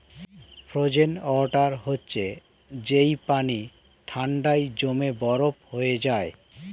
frozen water হচ্ছে যেই পানি ঠান্ডায় জমে বরফ হয়ে যায়